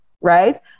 right